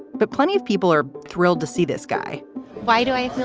but plenty of people are thrilled to see this guy why do i?